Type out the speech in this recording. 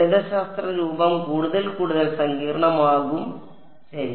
ഗണിതശാസ്ത്ര രൂപം കൂടുതൽ കൂടുതൽ സങ്കീർണ്ണമാകും ശരി